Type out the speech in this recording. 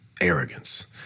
Arrogance